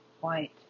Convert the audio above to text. White